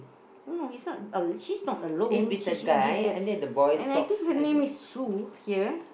no he's not a~ she's not alone he's with this guy and I think her name is Sue here